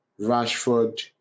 Rashford